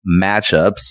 matchups